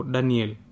Daniel